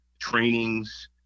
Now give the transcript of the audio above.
trainings